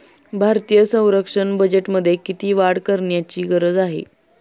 भारतीय संरक्षण बजेटमध्ये किती वाढ करण्याची गरज आहे?